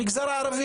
המגזר הערבי,